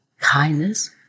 kindness